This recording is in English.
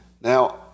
Now